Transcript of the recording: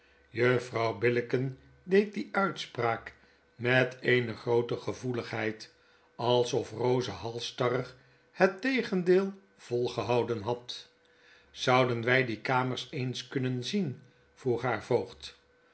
juffrouw billicken deed die uitspraak met groote gevoeligheid alsof bosa halstarrig het tegendeel volgehouden had zouden wg die kamers eens kunnen zien vroeg haar voogd